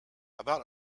about